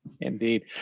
indeed